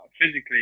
physically